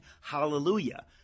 hallelujah